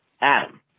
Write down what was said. Adam